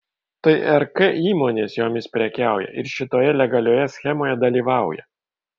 tai rk įmonės jomis prekiauja ir šitoje legalioje schemoje dalyvauja